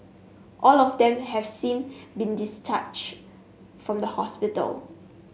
all of them have seen been discharged from the hospital